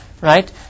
right